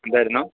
എന്തായിരുന്നു